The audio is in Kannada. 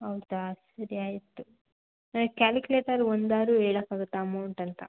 ಹೌದಾ ಸರಿ ಆಯಿತು ಕ್ಯಾಲುಕ್ಲೇಟರ್ ಒಂದಾದ್ರು ಹೇಳೊಕ್ಕಾಗುತ್ತ ಅಮೌಂಟ್ ಅಂತ